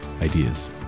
ideas